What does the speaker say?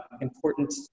important